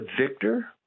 Victor